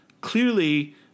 clearly